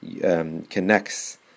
connects